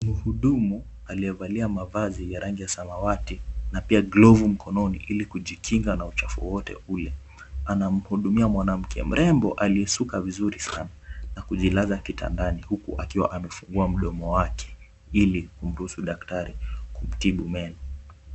Mhudumu aliyevalia mavazi ya rangi ya samawati na pia glovu mkononi ili kujikinga na uchafu wowote ule, anamhudumia mwanamke mrembo aliyesuka vizuri sana na kujilaza kitandani huku akiwa amefungua mdomo wake ili kumruhusu daktari kumtibu meno.